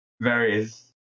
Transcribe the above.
various